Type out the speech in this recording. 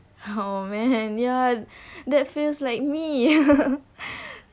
oh man ya that feels like me